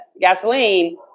gasoline